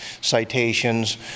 citations